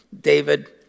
david